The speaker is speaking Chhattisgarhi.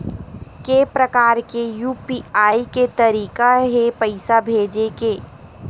के प्रकार के यू.पी.आई के तरीका हे पईसा भेजे के?